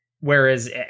whereas